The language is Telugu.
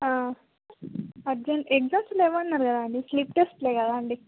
అర్జెంట్ ఎగ్జామ్స్ లేవు అన్నారు కదా అండి స్లిప్ టెస్ట్లు ఏ కదా అండి